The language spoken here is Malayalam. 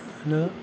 പിന്നെ